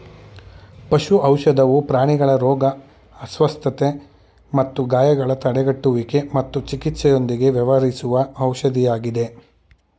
ಪಶು ಔಷಧವು ಪ್ರಾಣಿಗಳ ರೋಗ ಅಸ್ವಸ್ಥತೆ ಮತ್ತು ಗಾಯಗಳ ತಡೆಗಟ್ಟುವಿಕೆ ಮತ್ತು ಚಿಕಿತ್ಸೆಯೊಂದಿಗೆ ವ್ಯವಹರಿಸುವ ಔಷಧಿಯಾಗಯ್ತೆ